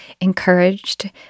encouraged